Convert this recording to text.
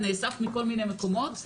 נאסף מכל מיני מקומות,